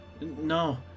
No